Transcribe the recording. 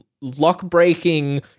lock-breaking